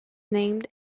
named